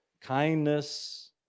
kindness